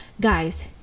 Guys